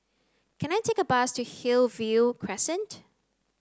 can I take a bus to Hillview Crescent